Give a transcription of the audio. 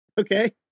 Okay